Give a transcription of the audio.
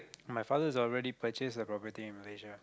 my father has already purchased a property in Malaysia